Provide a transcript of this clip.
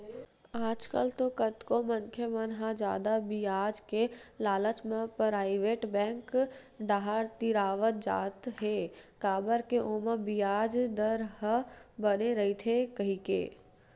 आजकल तो कतको मनखे मन ह जादा बियाज के लालच म पराइवेट बेंक डाहर तिरावत जात हे काबर के ओमा बियाज दर ह बने रहिथे कहिके